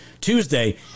Tuesday